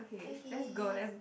okay